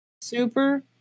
Super